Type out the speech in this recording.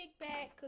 kickback